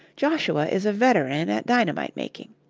joshua is a veteran at dynamite-making.